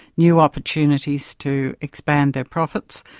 new opportunities to expand their profits,